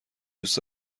دوست